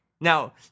Now